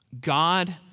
God